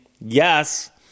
yes